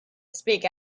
speak